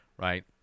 right